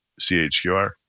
CHQR